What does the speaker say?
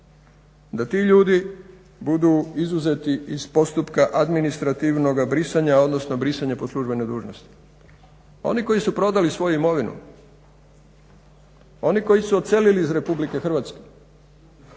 da ti ljudi budu izuzeti iz postupka administrativnog brisanja odnosno brisanja po službenoj dužnosti. Oni koji su prodali svoju imovinu, oni koji su odselili iz RH, oni koji se